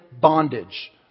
bondage